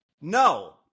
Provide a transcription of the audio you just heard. No